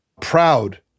proud